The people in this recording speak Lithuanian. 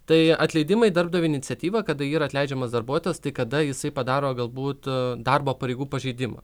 tai atleidimai darbdavio iniciatyva kad yra atleidžiamas darbuotojas tai kada jisai padaro galbūt darbo pareigų pažeidimą